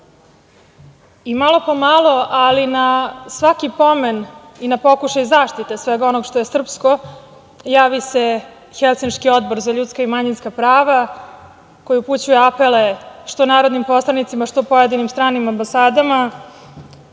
po malo, ali na svaki pomen i na pokušaj zaštite svega onog što je srpsko, javi se Helsinški odbor za ljudska i manjinska prava koji upućuje apele što narodnim poslanicima, što pojedinim stranim ambasadama,